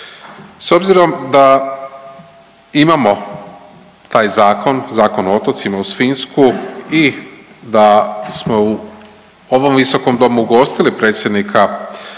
S obzirom da imamo taj zakon, Zakon o otocima uz Finsku i da smo u ovom visokom domu ugostili predsjednika